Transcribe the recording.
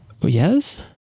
Yes